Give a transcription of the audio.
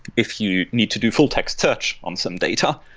if you need to do full text search on some data,